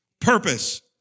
Purpose